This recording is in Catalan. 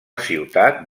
ciutat